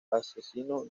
asesino